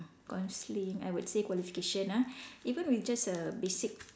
counselling I would say qualification ah even with just a basic